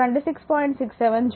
కాబట్టి ఇది కూలుంబ్కు 26